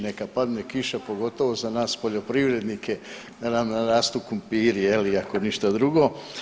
Neka padne kiša, pogotovo za nas poljoprivrednike da nam narastu krumpiri ako ništa drugo.